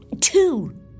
Two